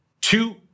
two